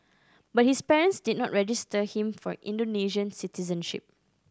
but his parents did not register him for Indonesian citizenship